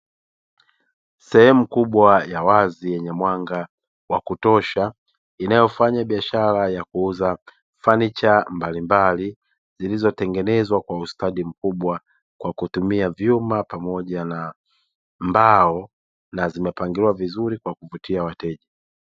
Sehemu kubwa ya wazi yenye mwanga wa kutosha inayofanya biashara ya kuuza fanicha mbalimbali, zilizotengenezwa kwa ustadi mkubwa kwa kutumia vyuma pamoja na mbao na zimepangiliwa vizuri kwa kuvutia wateja.